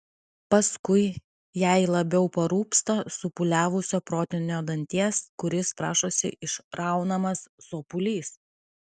paskui jai labiau parūpsta supūliavusio protinio danties kuris prašosi išraunamas sopulys